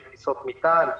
של טיסות מטען,